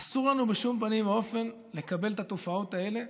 אסור לנו בשום פנים ואופן לקבל את התופעות האלה.